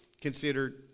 considered